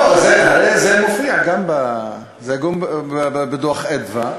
לא זה מופיע גם בדוח "מרכז אדוה",